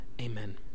Amen